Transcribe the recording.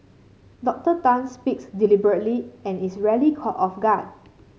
Doctor Tan speaks deliberately and is rarely caught off guard